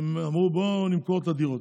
הם אמרו: בואו נמכור את הדירות.